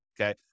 okay